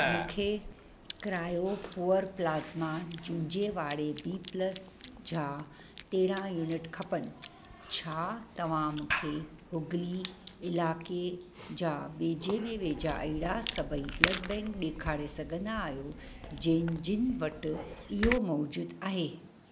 मूंखे cryo poor plasma जुज़े वारे बी प्लस जा तेराहं यूनिट खपनि छा तव्हां मूंखे हुगली इलाइके जा वेझे में वेझा अहिड़ा सभई ब्लड बैंक ॾेखारे सघंदा आहियो जिन जिन वटि इहो मौजूदु आहे